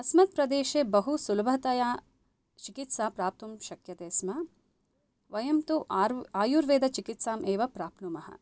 अस्मत् प्रदेशे बहु सुलभतया चिकित्सा प्राप्तुं शक्यते स्म वयं तु आरु आयुर्वेदचिकित्सामेव प्राप्नुमः